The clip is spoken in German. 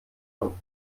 von